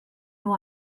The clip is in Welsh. nhw